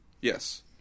Yes